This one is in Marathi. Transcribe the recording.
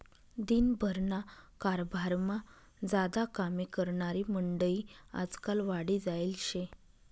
दिन भरना कारभारमा ज्यादा कामे करनारी मंडयी आजकाल वाढी जायेल शे